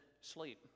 sleep